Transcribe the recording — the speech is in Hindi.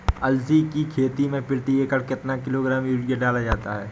अलसी की खेती में प्रति एकड़ कितना किलोग्राम यूरिया डाला जाता है?